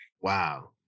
Wow